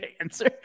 answer